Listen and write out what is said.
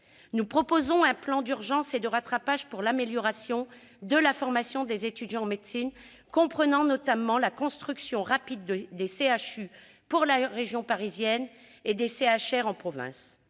Nous proposons un plan d'urgence et de rattrapage pour l'amélioration de la formation des étudiants en médecine comprenant notamment la construction rapide des CHU pour la région parisienne et des CHR en province,